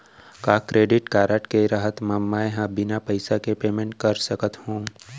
का credit card के रहत म, मैं ह बिना पइसा के पेमेंट कर सकत हो?